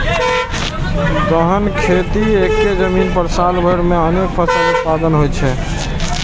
गहन खेती मे एक्के जमीन पर साल भरि मे अनेक फसल उत्पादन होइ छै